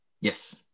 Yes